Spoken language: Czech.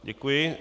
Děkuji.